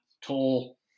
tall